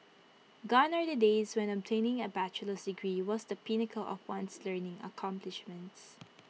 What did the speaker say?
gone are the days when obtaining A bachelor's degree was the pinnacle of one's learning accomplishments